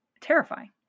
terrifying